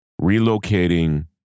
relocating